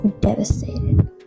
devastated